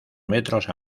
metros